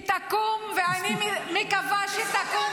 היא תקום, ואני מקווה שתקום